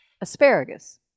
asparagus